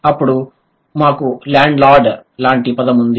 అప్పుడు మాకు landlord లాంటి పదం ఉంది